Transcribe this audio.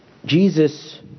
Jesus